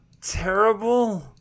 terrible